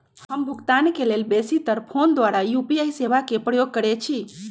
हम भुगतान के लेल बेशी तर् फोन द्वारा यू.पी.आई सेवा के प्रयोग करैछि